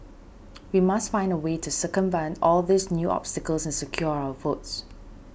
we must find a way to circumvent all these new obstacles and secure our votes